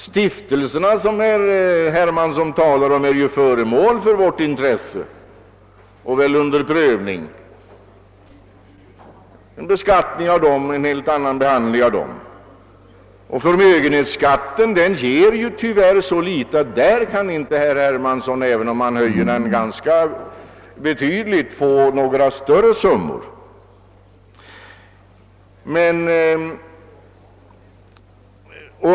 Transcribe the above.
Stiftelserna som herr Hermansson talade om är ju föremål för vårt intresse och det prövas en helt annan beskattning och behandling av dem. Förmögenhetsskatten ger tyvärr så litet att herr Hermansson, även om han skulle vilja höja den ganska betydligt, inte skulle kunna få några större summor.